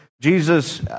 Jesus